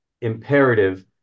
imperative